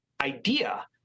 idea